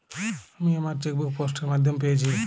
আমি আমার chequebook post এর মাধ্যমে পেয়েছি